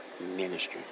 ministry